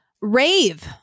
rave